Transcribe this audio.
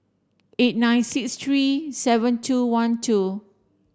eight nine six three seven two one two